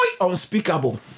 unspeakable